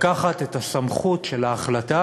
לקחת את סמכות ההחלטה